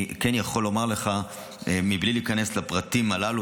אני יכול לומר לך מבלי להיכנס לפרטים הללו